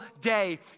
day